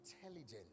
intelligent